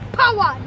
power